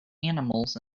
animals